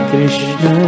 Krishna